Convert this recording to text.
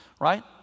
Right